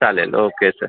चालेल okay sir